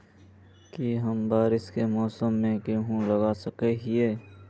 की हम बारिश के मौसम में गेंहू लगा सके हिए?